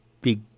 big